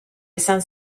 izan